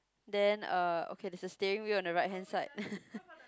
then uh okay there's a steering wheel on the right hand side